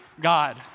God